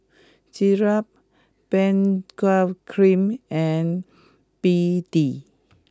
Ezerra Benzac cream and B D